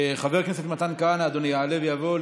חבר הכנסת מתן כהנא, אדוני יעלה ויבוא.